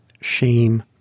shame